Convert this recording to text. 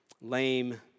lame